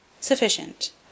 Sufficient